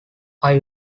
are